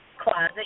Closet